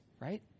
right